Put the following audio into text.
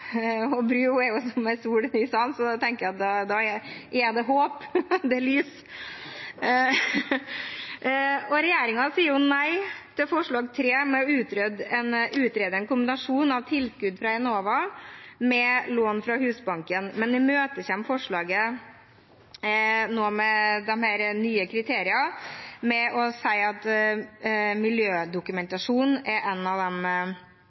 Bru er jo som en sol i salen, så da tenker jeg at da er det håp, det er lys! Regjeringen sier nei til forslag til vedtak IV, om å utrede en kombinasjon av tilskudd fra Enova med lån fra Husbanken, men imøtekommer nå forslaget om disse nye kriteriene med å si at miljødokumentasjon er et av